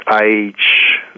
age